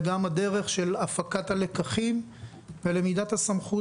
וגם הדרך של הפקת הלקחים ולמידת הסמכות